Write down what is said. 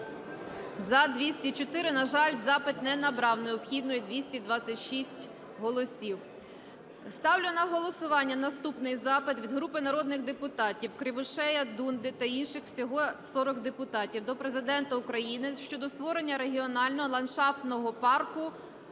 За-204 На жаль, запит не набрав необхідних 226 голосів. Ставлю на голосування наступний запит: від групи народних депутатів (Кривошеєва, Дунди та інших. Всього 40 депутатів) до Президента України щодо створення регіонального ландшафтного парку